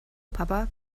papa